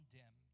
dim